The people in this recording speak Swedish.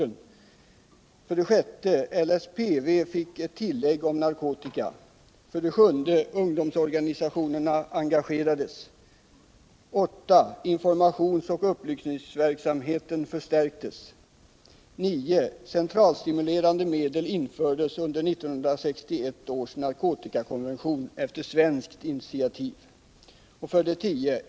3. Polisen fick möjligheter till telefonavlyssning. 10.